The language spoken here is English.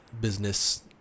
business